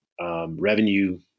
Revenue